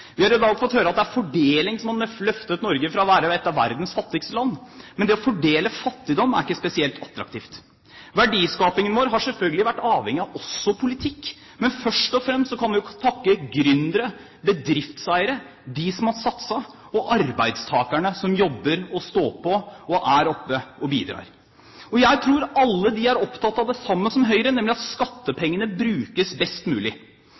Vi har i dag fått høre at det er fordeling som har løftet Norge fra å være et av verdens fattigste land. Men det å fordele fattigdom er ikke spesielt attraktivt. Verdiskapingen vår har selvfølgelig også vært avhengig av politikk, men først og fremst kan vi takke gründere, bedriftseiere, de som har satset – og arbeidstakerne, som jobber, står på og er oppe og bidrar. Jeg tror alle de er opptatt av det samme som Høyre, nemlig at skattepengene brukes best mulig.